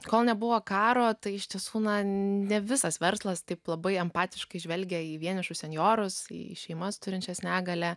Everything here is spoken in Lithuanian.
kol nebuvo karo tai iš tiesų na ne visas verslas taip labai empatiškai žvelgia į vienišus senjorus į šeimas turinčias negalią